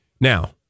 Now